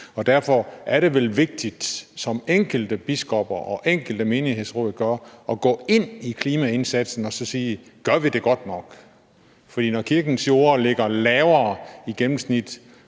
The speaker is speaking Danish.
Og derfor er det vel vigtigt, som enkelte biskopper og enkelte menighedsråd gør, at gå ind i klimaindsatsen og sige: Gør vi det godt nok? For når kirkens jorder i gennemsnit